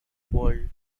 world